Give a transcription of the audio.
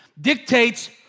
dictates